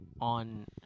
on